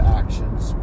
actions